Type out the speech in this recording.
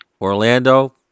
Orlando